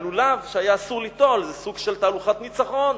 הלולב שהיה אסור ליטול, זה סוג של תהלוכת ניצחון